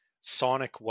Sonic